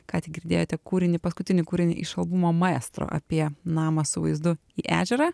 ką tik girdėjote kūrinį paskutinį kūrinį iš albumo maestro apie namą su vaizdu į ežerą